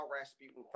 Rasputin